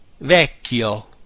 Vecchio